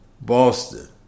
Boston